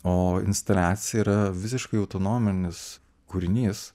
o instaliacija yra visiškai autonominis kūrinys